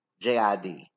JID